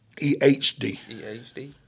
EHD